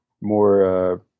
more